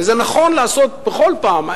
וזה נכון לעשות בכל פעם,